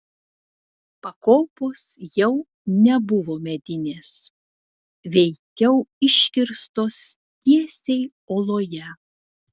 pakopos jau nebuvo medinės veikiau iškirstos tiesiai uoloje